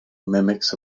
mimics